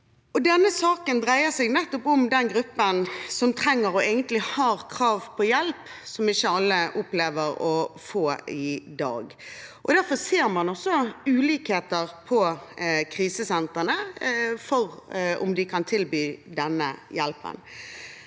Denne saken dreier seg nettopp om den gruppen, som trenger og egentlig har krav på hjelp, som ikke alle opplever å få i dag. Derfor ser man også ulikheter på krisesentrene med hensyn til om de kan tilby denne hjelpen.